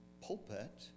pulpit